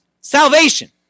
salvation